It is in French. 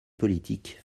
politiques